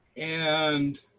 and